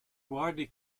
widely